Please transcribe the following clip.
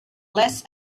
less